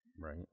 Right